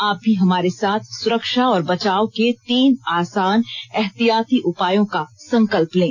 आप भी हमारे साथ सुरक्षा और बचाव के तीन आसान एहतियाती उपायों का संकल्प लें